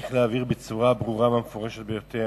צריך להבהיר בצורה הברורה והמפורשת ביותר: